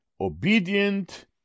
obedient